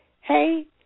hey